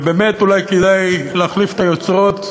ובאמת, אולי כדאי להחליף את היוצרות,